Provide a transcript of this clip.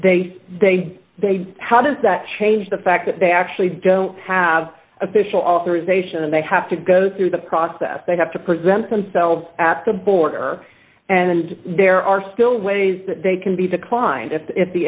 they they they how does that change the fact that they actually don't have official authorization and they have to go through the process they have to present themselves at the border and there are still ways that they can be declined if